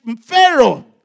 Pharaoh